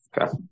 Okay